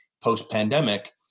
post-pandemic